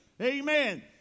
Amen